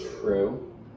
True